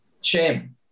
Shame